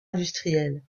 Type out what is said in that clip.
industriel